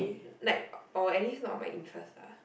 night or at least not my interest lah